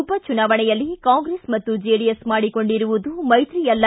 ಉಪ ಚುನಾವಣೆಯಲ್ಲಿ ಕಾಂಗ್ರೆಸ್ ಮತ್ತು ಜೆಡಿಎಸ್ ಮಾಡಿಕೊಂಡಿರುವುದು ಮೈತ್ರಿ ಅಲ್ಲ